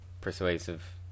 persuasive